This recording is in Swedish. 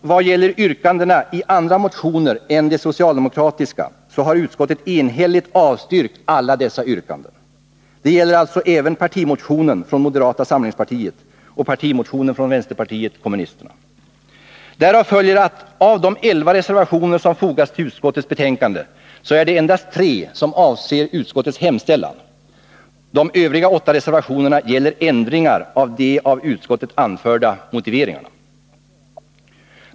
Vad gäller yrkandena i andra motioner än de socialdemokratiska har utskottet enhälligt avstyrkt alla dessa yrkanden. Det gäller alltså även partimotionen från moderata samlingspartiet och partimotionen från vänsterpartiet kommunisterna. Därav följer att av de elva reservationer som fogats till utskottets betänkande är det endast tre som avser utskottets hemställan. De övriga åtta reservationerna gäller ändringar i de av utskottet anförda motiveringarna.